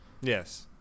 Yes